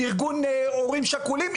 ארגון הורים שכולים,